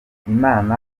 imana